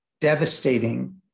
devastating